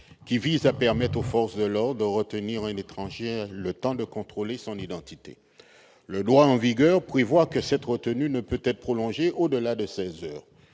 qui vise à permettre aux forces de l'ordre de retenir un étranger le temps de contrôler son identité. Le droit en vigueur prévoit que cette retenue ne peut être prolongée au-delà de seize heures,